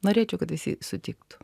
norėčiau kad visi sutiktų